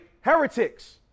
heretics